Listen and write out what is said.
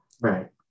Right